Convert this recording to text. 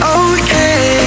okay